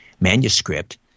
manuscript